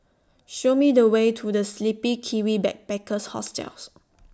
Show Me The Way to The Sleepy Kiwi Backpackers Hostel